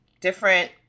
different